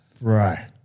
Right